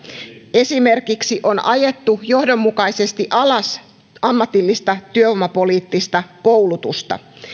esimerkiksi on ajettu johdonmukaisesti alas ammatillista työvoimapoliittista koulutusta